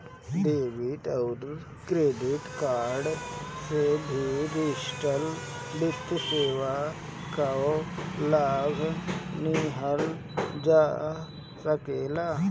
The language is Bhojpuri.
डेबिट अउरी क्रेडिट कार्ड से भी डिजिटल वित्तीय सेवा कअ लाभ लिहल जा सकेला